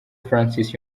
francis